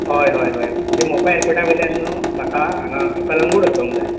हय हय हय म्हणजे मोपा एरपोटा वयल्यान न्हय म्हाका हांगा कलंगूट वचूंक जाय